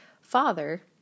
father